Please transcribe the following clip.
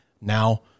now